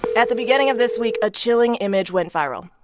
at the beginning of this week, a chilling image went viral.